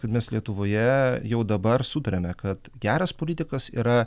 kad mes lietuvoje jau dabar sutariame kad geras politikas yra